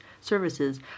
services